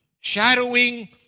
shadowing